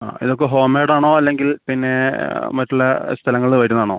ആ ഇതിപ്പോൾ ഹോം മെയ്ഡാണോ അല്ലെങ്കിൽ പിന്നേ മറ്റുള്ള സ്ഥലങ്ങളിന്ന് വരുന്നെയാണോ